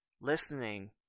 listening